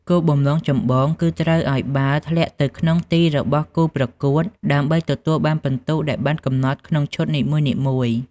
គោលបំណងចម្បងគឺត្រូវឲ្យបាល់ធ្លាក់ទៅក្នុងទីរបស់គូប្រកួតដើម្បីទទួលបានពិន្ទុដែលបានកំណត់ក្នុងឈុតនីមួយៗ។